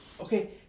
Okay